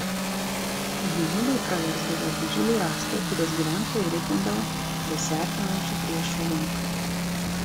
gynybai praversdavo ir didžiuliai rąstai kuriuos gyventojai ritindavo besiartinančių priešų link